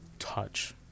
touch